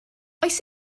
oes